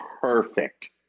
perfect